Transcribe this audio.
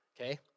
okay